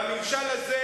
והממשל הזה,